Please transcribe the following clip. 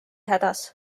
hädas